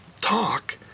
talk